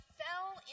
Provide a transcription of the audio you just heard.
fell